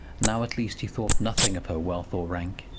now at least he thought nothing of her wealth or rank.